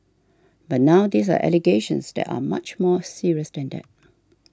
but now these are allegations that are much more serious than that